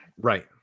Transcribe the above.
Right